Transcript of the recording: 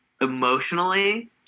emotionally